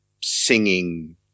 singing